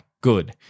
good